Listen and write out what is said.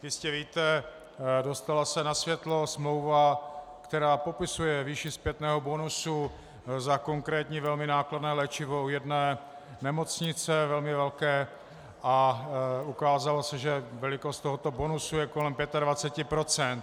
Jistě víte, dostala se na světlo smlouva, která popisuje výši zpětného bonusu za konkrétní velmi nákladné léčivo u jedné nemocnice, velmi velké, a ukázalo se, že velikost tohoto bonusu je kolem 25 %.